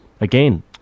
again